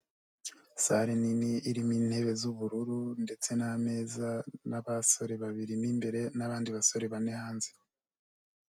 Sale nini irimo intebe z'ubururu ndetse n'ameza, n'abasore babiri mo imbere n'abandi basore bane hanze.